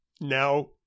Now